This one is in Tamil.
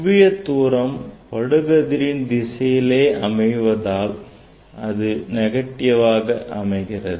குவியத் தூரம் படுகதிரின் திசையிலேயே அமைவதால் அது negative ஆக அமைகிறது